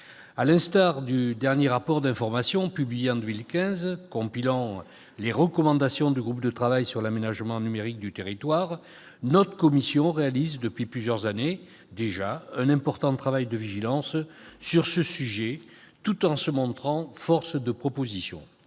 À l'instar du dernier rapport d'information publié en 2015 compilant les recommandations du groupe de travail sur l'aménagement numérique du territoire, notre commission réalise depuis plusieurs années déjà un important travail de vigilance sur ce sujet tout en se montrant force de proposition.